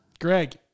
Greg